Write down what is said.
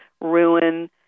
ruin